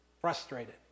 frustrated